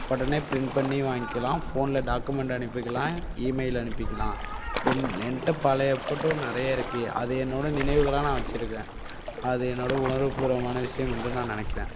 உடனே பிரிண்ட் பண்ணி வாங்கிக்கலாம் ஃபோனில் டாக்குமெண்ட் அனுப்பிக்கலாம் ஈமெயில் அனுப்பிக்கலாம் என் என்கிட்ட பழைய ஃபோட்டோ நிறைய இருக்கு அது என்னோட நினைவுகளாக நான் வச்சிருக்கேன் அது என்னோட உணர்வுப்பூர்வமான விஷயம் என்று நான் நெனைக்கிறன்